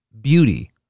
beauty